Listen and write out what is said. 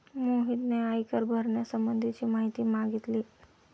मोहितने आयकर भरण्यासंबंधीची माहिती मागितली